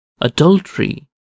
adultery